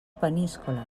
peníscola